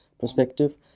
perspective